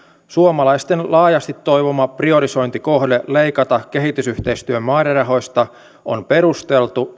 suomalaisten laajasti toivoma priorisointikohde leikata kehitysyhteistyön määrärahoista on perusteltu